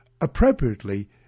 Appropriately